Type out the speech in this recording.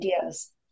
ideas